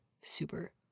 Super